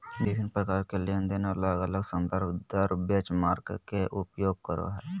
विभिन्न प्रकार के लेनदेन अलग अलग संदर्भ दर बेंचमार्क के उपयोग करो हइ